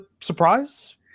surprise